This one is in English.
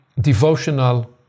devotional